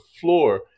floor